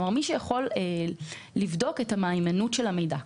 כלומר, מי שיכול לבדוק את מהימנות המידע.